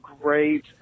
great